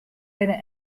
binne